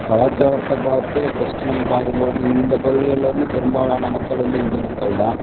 கலாசாரத்தை பார்த்து ஃபர்ஸ்ட்டு நம்ம பார்க்கும்போது இந்த பகுதிகளில் வந்து பெரும்பாலான மக்கள் வந்து இந்து மக்கள் தான்